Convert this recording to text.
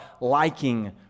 liking